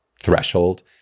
threshold